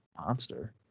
monster